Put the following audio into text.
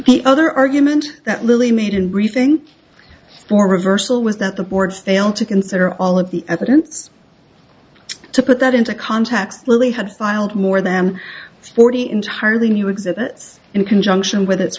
the other argument that lily made and rethink your reversal was that the board failed to consider all of the evidence to put that into context lily had filed more than forty entirely new exhibits in conjunction with its